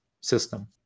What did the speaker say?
system